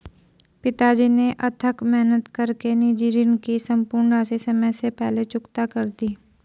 पिताजी ने अथक मेहनत कर के निजी ऋण की सम्पूर्ण राशि समय से पहले चुकता कर दी